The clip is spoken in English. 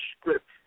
script